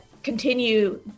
Continue